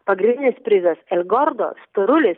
pagrindinis prizas el gordo storulis